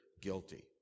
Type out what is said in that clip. guilty